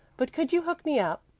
but could you hook me up?